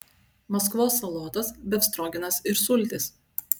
maskvos salotos befstrogenas ir sultys